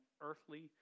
earthly